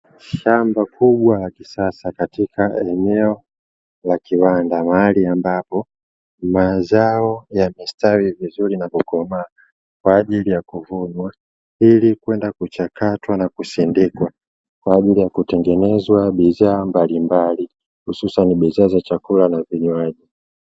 Shamba kubwa la kisasa katika eneo la kiwanda, mahali ambapo mazao yamestawi vizuri na kukomaa kwa ajili ya kuvunwa, ili kwenda kuchakatwa na kusindikwa kwa ajili ya kutengeneza bidhaa mbalimbali hususani bidhaa za chakula na vinywaji.